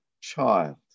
child